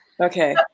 Okay